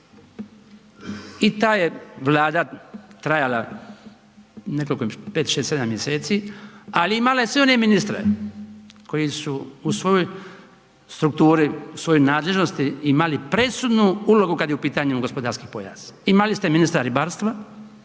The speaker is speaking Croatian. i ta je Vlada trajala nekoliko 5, 6, 7 mjeseci, ali imala je sve one ministre koji su u svojoj strukturi, u svojoj nadležnosti imali presudnu ulogu kad je u pitanju gospodarski pojas. Imali ste ministra ribarstva,